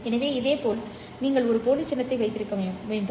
எனவே இதேபோல் நீங்கள் ஒரு போலி சின்னத்தை வைத்திருக்க வேண்டும்